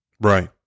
Right